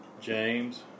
James